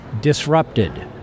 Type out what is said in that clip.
disrupted